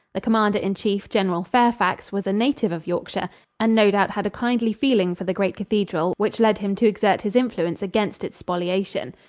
the commander-in-chief, general fairfax, was a native of yorkshire and no doubt had a kindly feeling for the great cathedral, which led him to exert his influence against its spoliation.